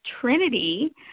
Trinity